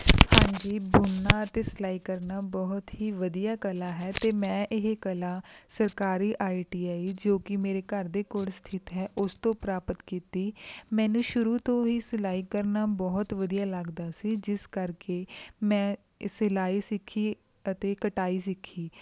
ਹਾਂਜੀ ਬੁਣਨਾ ਅਤੇ ਸਿਲਾਈ ਕਰਨਾ ਬਹੁਤ ਹੀ ਵਧੀਆ ਕਲਾ ਹੈ ਅਤੇ ਮੈਂ ਇਹ ਕਲਾ ਸਰਕਾਰੀ ਆਈ ਟੀ ਆਈ ਜੋ ਕਿ ਮੇਰੇ ਘਰ ਦੇ ਕੋਲ ਸਥਿਤ ਹੈ ਉਸ ਤੋਂ ਪ੍ਰਾਪਤ ਕੀਤੀ ਮੈਨੂੰ ਸ਼ੁਰੂ ਤੋਂ ਹੀ ਸਿਲਾਈ ਕਰਨਾ ਬਹੁਤ ਵਧੀਆ ਲੱਗਦਾ ਸੀ ਜਿਸ ਕਰਕੇ ਮੈਂ ਸਿਲਾਈ ਸਿੱਖੀ ਅਤੇ ਕਟਾਈ ਸਿੱਖੀ